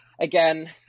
again